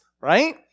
right